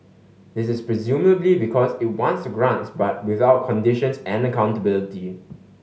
this is presumably because it wants the grants but without conditions and accountability